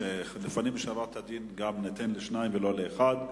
לפנים משורת הדין, גם ניתן לשניים ולא לאחד.